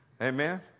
Amen